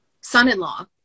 son-in-law